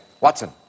Watson